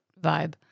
vibe